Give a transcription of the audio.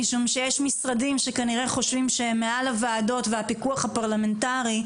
משום שיש משרדים שכנראה חושבים שהם מעל הוועדות והפיקוח הפרלמנטרי,